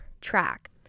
track